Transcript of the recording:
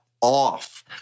off